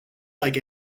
like